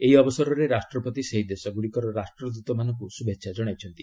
ଏହି ଅବସରରେ ରାଷ୍ଟ୍ରପତି ସେହି ଦେଶଗୁଡ଼ିକର ରାଷ୍ଟ୍ରଦୂତମାନଙ୍କୁ ଶୁଭେଚ୍ଛା ଜଣାଇଚ୍ଚନ୍ତି